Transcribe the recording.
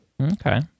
Okay